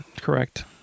correct